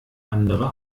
andere